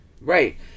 Right